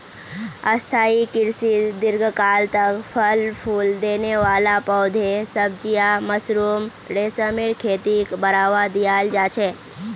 स्थाई कृषित दीर्घकाल तक फल फूल देने वाला पौधे, सब्जियां, मशरूम, रेशमेर खेतीक बढ़ावा दियाल जा छे